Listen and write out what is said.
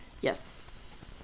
Yes